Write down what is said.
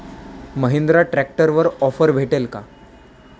महिंद्रा ट्रॅक्टरवर ऑफर भेटेल का?